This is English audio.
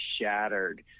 shattered